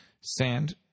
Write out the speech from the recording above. Sand